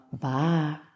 Bye